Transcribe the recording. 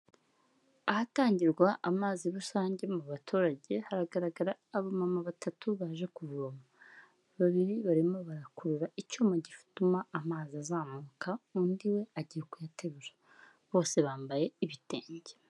Ahatangirwa amazi rusange mu baturage, hagaragara abamama batatu baje kuvoma. Babiri barimo barakurura icyuma gituma amazi azamuka, undi we agiye kuyaterura, bose bambaye ibitenge.